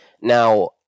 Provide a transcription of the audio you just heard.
Now